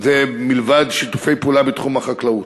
מלבד שיתופי פעולה בתחום החקלאות,